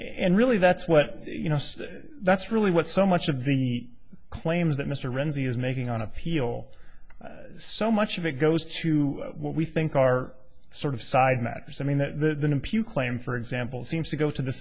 and really that's what you know that's really what so much of the claims that mr renzi is making on appeal so much of it goes to what we think are sort of side matters i mean the computer claim for example seems to go to the